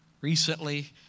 recently